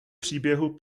příběhu